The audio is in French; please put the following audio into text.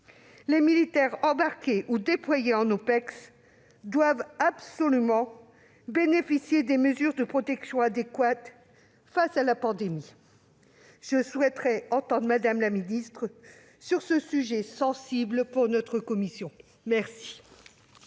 les militaires embarqués ou déployés en OPEX doivent absolument bénéficier de mesures de protection adéquates face à la pandémie. Je souhaiterais entendre Mme la ministre sur ce sujet sensible pour la commission des